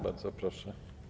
Bardzo proszę.